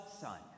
son